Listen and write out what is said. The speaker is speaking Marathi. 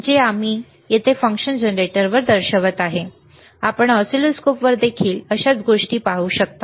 जे काही येथे फंक्शन जनरेटरवर दर्शवत आहे आपण ऑसिलोस्कोपवर देखील अशीच गोष्ट पाहू शकता